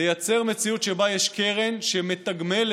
לייצר מציאות שבה יש קרן שמתגמלת